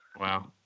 wow